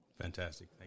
Fantastic